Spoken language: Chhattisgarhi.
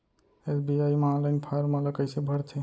एस.बी.आई म ऑनलाइन फॉर्म ल कइसे भरथे?